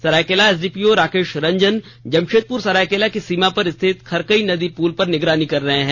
Seraikela SDPO Rakesh Ranjan Jamshedpur Saraikela की सीमा पर स्थित खरकई नदी पुल पर निगरानी कर रहे हैं